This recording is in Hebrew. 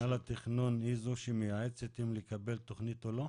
התכנון היא זו שמייעצת אם לקבל תכנית או לא?